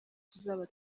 tuzaba